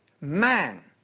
man